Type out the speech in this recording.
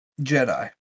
jedi